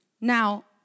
Now